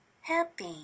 happy